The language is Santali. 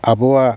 ᱟᱵᱚᱣᱟᱜ